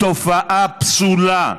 תופעה פסולה.